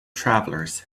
travelers